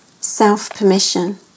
Self-permission